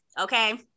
okay